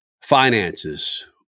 finances